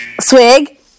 Swig